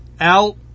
out